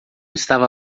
estava